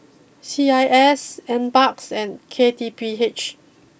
C I S N Parks and K T P H